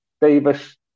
Davis